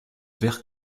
vert